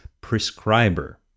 prescriber